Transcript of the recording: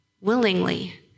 willingly